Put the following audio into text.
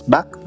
Back